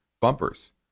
bumpers